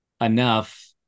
enough